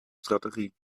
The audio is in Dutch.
strategie